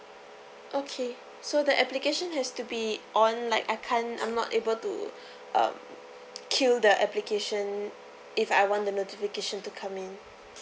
okay so the application has to be on like I can't I'm not able to um kill the application if I want the notification to coming